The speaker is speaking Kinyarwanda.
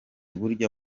burya